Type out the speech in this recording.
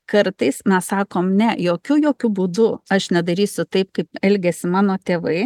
kartais mes sakom ne jokiu jokiu būdu aš nedarysiu taip kaip elgėsi mano tėvai